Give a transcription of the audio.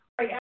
right